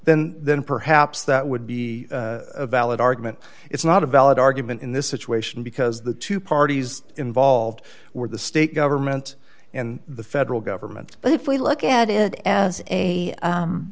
then then perhaps that would be a valid argument it's not a valid argument in this situation because the two parties involved were the state government and the federal government but if we look at it as a